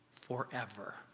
forever